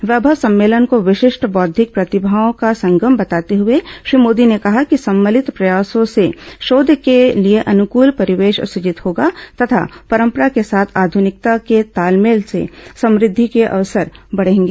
वैभव सम्मेलन को विशिष्ट बौद्धिक प्रतिभाओं का संगम बताते हुए श्री मोदी ने कहा कि सम्मिलित प्रयासों से शोध के लिए अनुकूल परिवेश सूजित होगा तथा परम्परा के साथ आधुनिकता के तालमेल से समृद्धि के अवसर बढ़ेंगे